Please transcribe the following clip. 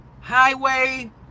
highway